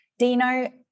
Dino